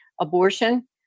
abortion